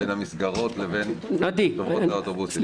אבל אין סנכרון בין המסגרות לבין חברות האוטובוסים.